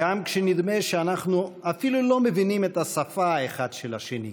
גם כשנדמה שאנחנו אפילו לא מבינים את השפה האחד של השני,